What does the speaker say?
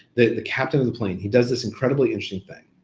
the the captain of the plane, he does this incredibly interesting thing.